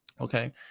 Okay